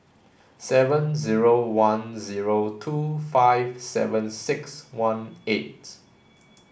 seven zero one zero two five seven six one eight